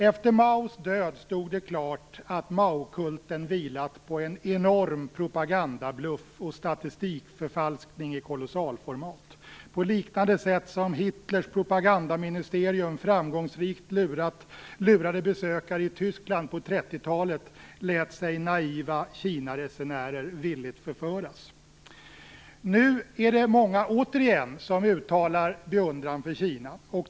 Efter Maos död stod det klart att Maokulten vilat på en enorm propagandabluff och på statistikförfalskning i kolossalformat. På liknande sätt som Hitlers propagandaministerium framgångsrikt lurade besökare i Tyskland på 30-talet lät sig naiva Kinaresenärer villigt förföras. Nu är det återigen många som uttalar beundran för Kina.